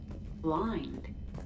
blind